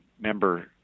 member